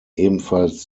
ebenfalls